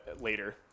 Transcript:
later